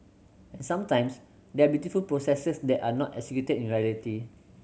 and sometimes there are beautiful processes that are not executed in reality